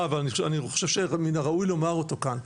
אבל אני חושב שמן הראוי לומר אותו כאן.